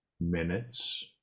minutes